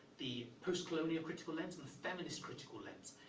the post-colonial critical lens and the feminist critical lens.